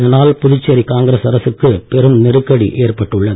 இதை தொடர்ந்து புதுச்சேரி காங்கிரஸ் அரசுக்கு பெரும் நெருக்கடி ஏற்பட்டுள்ளது